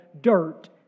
dirt